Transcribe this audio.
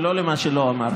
ולא על מה שלא אמרתי.